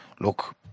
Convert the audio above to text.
look